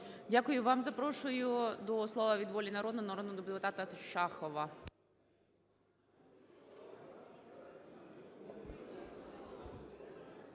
Дякую вам. Запрошую до слова від "Волі народу" народного депутата Шахова.